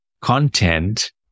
content